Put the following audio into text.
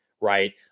right